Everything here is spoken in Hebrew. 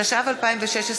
התשע"ו 2016,